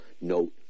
note